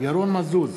ירון מזוז,